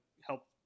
help